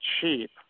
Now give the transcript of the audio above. cheap